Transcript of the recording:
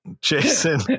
Jason